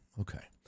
Okay